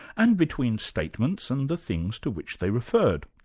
and between statements and the things to which they referred.